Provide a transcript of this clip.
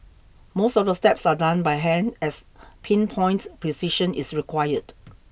most of the steps are done by hand as pin point precision is required